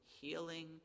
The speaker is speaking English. healing